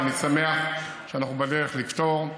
ואני שמח שאנחנו בדרך לפתור,